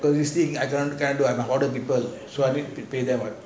so you see I order people so I need to pay them